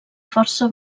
força